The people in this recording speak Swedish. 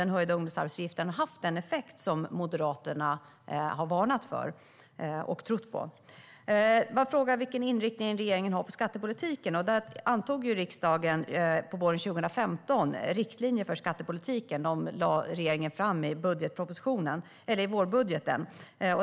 Har höjningen av ungdomsarbetsgivaravgifterna haft den effekt som Moderaterna varnat för och trott på? Jag fick frågan vilken inriktning regeringen har på skattepolitiken. Riksdagen antog våren 2015 de riktlinjer för skattepolitiken som regeringen lade fram i vårbudgeten.